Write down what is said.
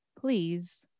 Please